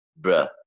Bruh